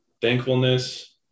thankfulness